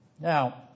Now